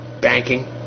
banking